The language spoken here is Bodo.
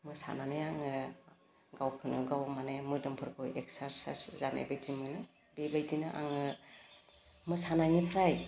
मोसानानै आंङो गावखौनो गाव माने मोदोमफोरखौ एक्सार्सार्ज जानाय बायदि मोनो बेबायदिनो आङो मोसानायनिफ्राय